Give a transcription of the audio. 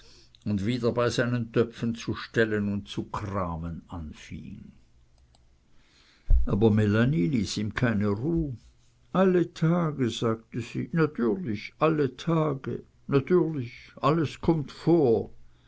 und wieder bei seinen töpfen zu stellen und zu kramen anfing aber melanie ließ ihm keine ruhe alle tage sagte sie natürlich alle tage natürlich alles kommt vor